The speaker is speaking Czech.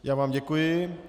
Já vám děkuji.